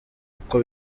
uko